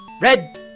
Red